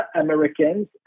Americans